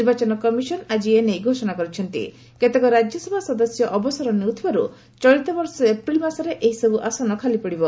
ନିର୍ବାଚନ କମିଶନ ଆଜି ଏନେଇଘୋଷଣା କରିଛନ୍ତି କେତେକ ରାଜ୍ୟସଭା ସଦସ୍ୟ ଅବସର ନେଉଥିବାରୁ ଚଳିତବର୍ଷ ଏପ୍ରିଲ୍ ମାସରେ ଏହିସବୁ ଆସନ ଖାଲି ପଡ଼ିବ